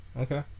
Okay